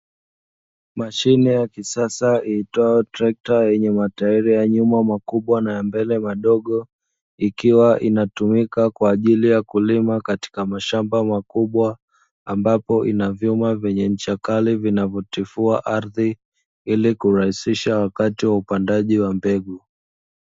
Mashine ya kisasa iitwayo trekta, yenye matairi ya nyuma makubwa na ya mbele madogo, ikiwa inatumika kwa ajili ya kulima katika mashamba makubwa, ambapo ina vyuma vyenye ncha kali vinavyotifua ardhi ili kurahisisha wakati wa upandaji wa mbegu.